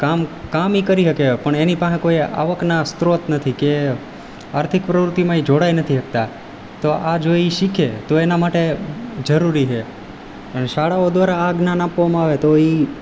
કામ કામ એ કરી શકે પણ એની પાસે કોઈ આવકના સ્ત્રોત નથી કે આર્થિક પ્રવૃત્તિમાં એ જોડાઈ નથી શકતા તો આ જો એ શીખે તો એના માટે જરૂરી છે અને શાળાઓ દ્વારા આ જ્ઞાન આપવામાં આવે તો એ